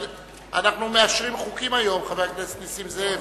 אנחנו מאשרים חוקים היום, חבר הכנסת נסים זאב.